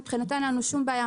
מבחינתנו, אין לנום שום בעיה.